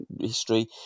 history